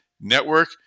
network